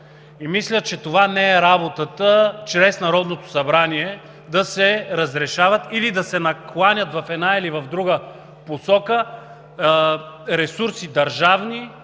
и мисля, че това не е работата – чрез Народното събрание да се разрешават или да се накланят в една или в друга посока държавни